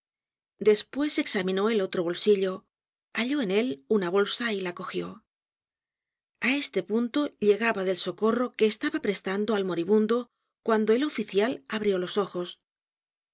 despues examinó el otro bolsillo halló en él una bolsa y la cogió a este punto llegaba del socorro que estaba prestando al moribundo cuando el oficial abrió los ojos gracias